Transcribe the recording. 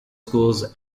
schools